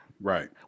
right